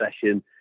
session